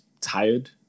tired